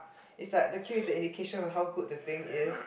is like the queue is the indication on how good the thing is